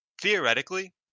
theoretically